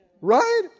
Right